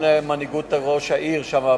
גם למנהיגות ראש העיר שם,